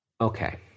Okay